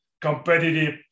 competitive